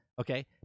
Okay